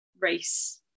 race